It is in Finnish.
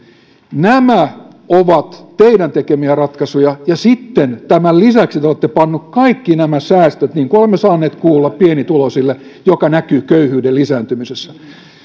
nämä ovat teidän tekemiänne ratkaisuja ja sitten tämän lisäksi te olette panneet kaikki säästöt niin kuin olemme saaneet kuulla pienituloisille mikä näkyy köyhyyden lisääntymisessä